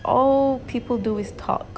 all people do is talk